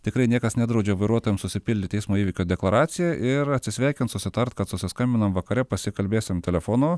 tikrai niekas nedraudžia vairuotojam susipildyt eismo įvykio deklaraciją ir atsisveikint susitart kad susiskambinam vakare pasikalbėsim telefonu